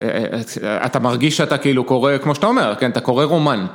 אתה מרגיש שאתה כאילו קורא, כמו שאתה אומר, אתה קורא רומן.